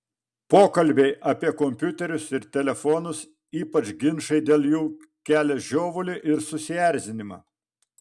pokalbiai apie kompiuterius ir telefonus ypač ginčai dėl jų kelia žiovulį ir susierzinimą